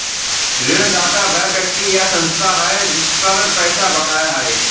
ऋणदाता वह व्यक्ति या संस्था है जिस पर पैसा बकाया है